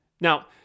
Now